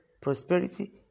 prosperity